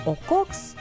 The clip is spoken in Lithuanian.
o koks